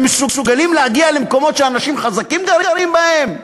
הם מסוגלים להגיע למקומות שאנשים חזקים גרים בהם?